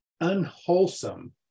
unwholesome